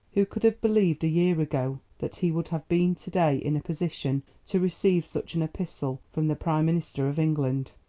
who could have believed a year ago that he would have been to-day in a position to receive such an epistle from the prime minister of england?